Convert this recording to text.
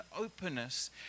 openness